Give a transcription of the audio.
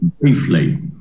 briefly